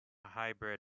hybrid